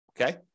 Okay